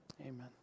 Amen